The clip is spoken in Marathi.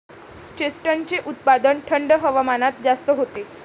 चेस्टनटचे उत्पादन थंड हवामानात जास्त होते